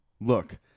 look